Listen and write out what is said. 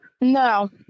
No